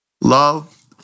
love